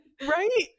right